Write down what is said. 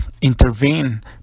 intervene